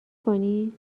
کنی